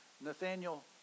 Nathaniel